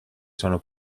sono